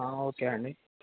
okay అండి